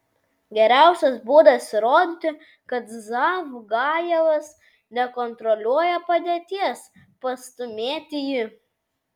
geriausias būdas įrodyti kad zavgajevas nekontroliuoja padėties pastūmėti jį